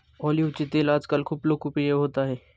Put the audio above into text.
ऑलिव्हचे तेल आजकाल खूप लोकप्रिय होत आहे